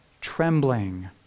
trembling